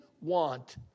want